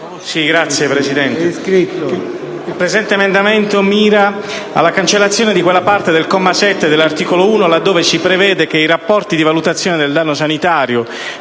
Presidente, l'emendamento 1.214 mira alla cancellazione della parte del comma 7 dell'articolo 1 in cui si prevede che i rapporti di valutazione del danno sanitario